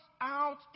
out